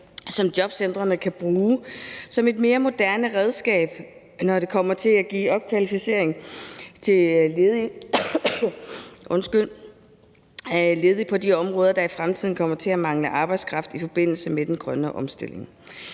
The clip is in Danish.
som jobcentrene kan bruge som et mere moderne redskab, når det kommer til at give opkvalificering til ledige på de områder, der i fremtiden kommer til at mangle arbejdskraft i forbindelse med den grønne omstilling.